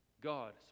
God